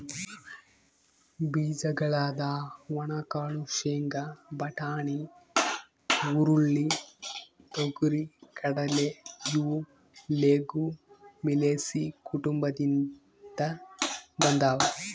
ಬೀಜಗಳಾದ ಒಣಕಾಳು ಶೇಂಗಾ, ಬಟಾಣಿ, ಹುರುಳಿ, ತೊಗರಿ,, ಕಡಲೆ ಇವು ಲೆಗುಮಿಲೇಸಿ ಕುಟುಂಬದಿಂದ ಬಂದಾವ